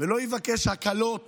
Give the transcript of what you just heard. ולא יבקש הקלות